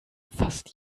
fast